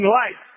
light